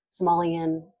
Somalian